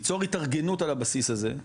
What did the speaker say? ליצור התארגנות על הבסיס הזה,